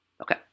Okay